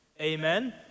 Amen